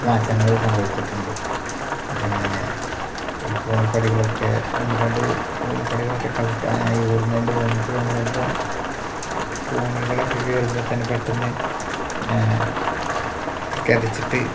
മാറ്റങ്ങള് സംഭവിച്ചിട്ടുണ്ട് പിന്നെ ഈ കോണിപ്പടികളൊക്കെ ഒന്ന് രണ്ട് കോണിപ്പടികളൊക്കെ ചവിട്ടാനായി ഓടുന്നതിൻ്റെ മുൻപ് ഒന്ന് രണ്ട് കോണികളൊക്കെ കയറുമ്പോള് തന്നെ പെട്ടെന്ന് കിതച്ചിട്ട്